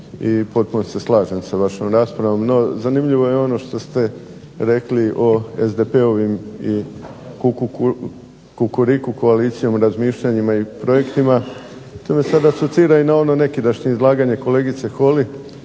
i potpuno se slažem sa vašom raspravom. No, zanimljivo je ono što ste rekli o SDP-ovim i "kukuriku koalicijom" o razmišljanjima i projektima to već sada aplicira na ono nekidašnje izlaganje kolegice Holy